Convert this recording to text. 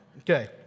Okay